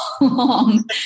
long